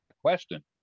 question